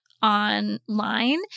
Online